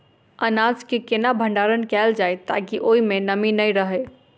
अनाज केँ केना भण्डारण कैल जाए ताकि ओई मै नमी नै रहै?